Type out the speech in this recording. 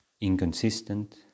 inconsistent